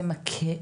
זה מקל?